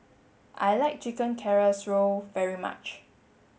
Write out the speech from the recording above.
I like Chicken Casserole very much